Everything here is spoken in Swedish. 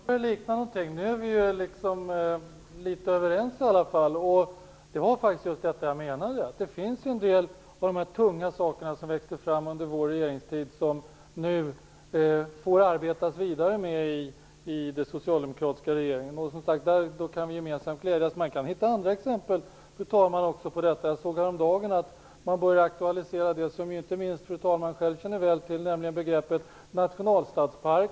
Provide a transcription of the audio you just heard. Fru talman! Nu börjar det likna någonting. Nu är vi ju litet överens i alla fall. Det var faktiskt just detta jag menade. En del av de tunga saker som växte fram under vår regeringstid får den socialdemokratiska regeringen nu arbeta vidare med. Då kan vi gemensamt glädjas. Jag kan hitta andra exempel, fru talman, på detta. Jag såg häromdagen att man börjar aktualisera det som inte minst fru talman själv väl känner till, nämligen begreppet nationalstadspark.